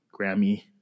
Grammy